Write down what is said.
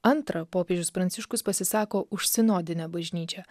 antra popiežius pranciškus pasisako už sinodinę bažnyčią